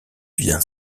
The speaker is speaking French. vient